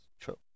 true